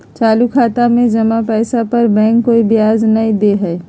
चालू खाता में जमा पैसा पर बैंक कोय ब्याज नय दे हइ